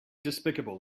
despicable